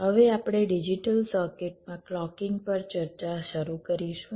હવે આપણે digital circuit માં ક્લૉકિંગ પર ચર્ચા શરૂ કરીશું